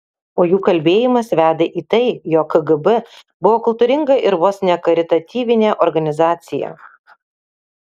o jų kalbėjimas veda į tai jog kgb buvo kultūringa ir vos ne karitatyvinė organizacija